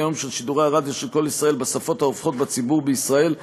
היום של שידורי הרדיו של קול ישראל בשפות הרווחות בציבור בישראל,